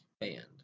band